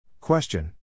Question